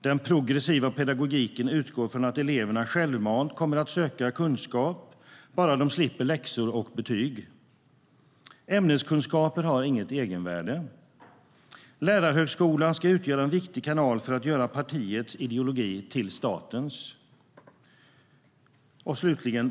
Den progressiva pedagogiken utgår från att eleverna självmant kommer att söka kunskap, bara de slipper läxor och betyg. Ämneskunskap har inget egenvärde. Lärarhögskolan ska utgöra en viktig kanal för att göra partiets ideologi till statens.